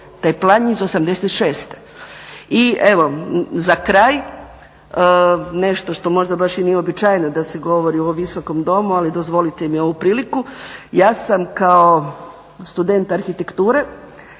Taj plan je iz '86. Za kraj, nešto što možda nije uobičajeno da se govori u ovom Visokom domu ali dozvolite mi ovu priliku. Ja sam kao student arhitektura